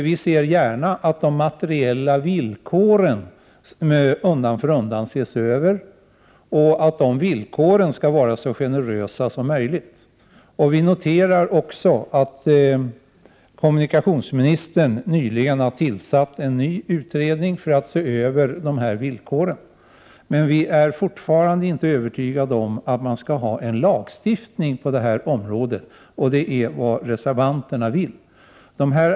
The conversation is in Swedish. Vi ser gärna att de materiella villkoren undan för undan ses över och att de villkoren skall vara så generösa som möjligt. Kommunikationsministern har också nyligen tillsatt en ny utredning för att se över dessa villkor. Vi är ändå inte övertygade om att det skall vara en lagstiftning på detta område, som reservanterna vill.